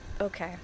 okay